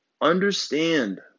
Understand